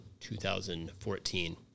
2014